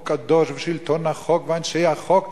הוא קדוש ושלטון החוק ואנשי החוק,